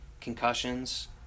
concussions